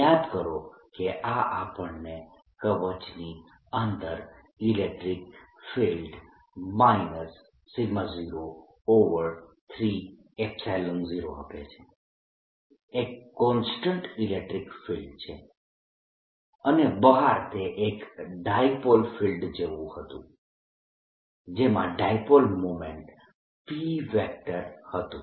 યાદ કરો કે આ આપણને કવચની અંદર ઇલેક્ટ્રીક ફિલ્ડ 03∈0 આપે છે જે એક કોન્સ્ટન્ટ ઇલેક્ટ્રીક ફિલ્ડ છે અને બહાર તે એક ડાયપોલ ફિલ્ડ જેવું હતું જેમાં ડાયપોલ મોમેન્ટ p હતું